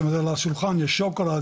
זאת אומרת על השולחן יש שוקולד,